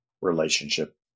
relationship